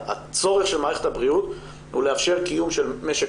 הצורך של מערכת הבריאות הוא לאפשר קיום של משק